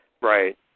right